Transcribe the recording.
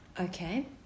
Okay